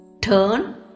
turn